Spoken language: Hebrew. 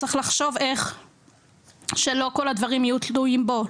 צריך לחשוב איך שלא כל הדברים יהיו תלויים בו.